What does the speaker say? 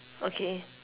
okay